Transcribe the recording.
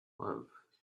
love